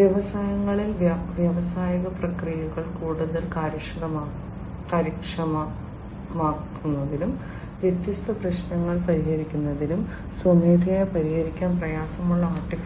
വ്യവസായങ്ങളിൽ വ്യാവസായിക പ്രക്രിയകൾ കൂടുതൽ കാര്യക്ഷമമാക്കുന്നതിനും വ്യത്യസ്ത പ്രശ്നങ്ങൾ പരിഹരിക്കുന്നതിനും സ്വമേധയാ പരിഹരിക്കാൻ പ്രയാസമുള്ള AI